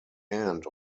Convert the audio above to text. end